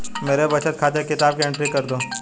मेरे बचत खाते की किताब की एंट्री कर दो?